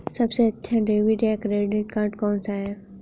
सबसे अच्छा डेबिट या क्रेडिट कार्ड कौन सा है?